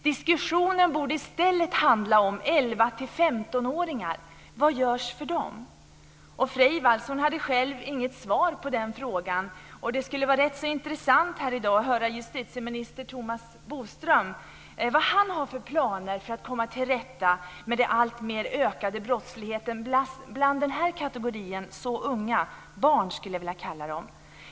Diskussionen borde i stället handla om Freivalds hade själv inget svar på den frågan. Det skulle vara intressant att här i dag höra vad justitieminister Tomas Bodström har för planer för att komma till rätta med den alltmer ökande brottsligheten bland den här kategorin så unga - barn skulle jag vilja kalla dem.